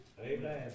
Amen